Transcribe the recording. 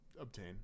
Obtain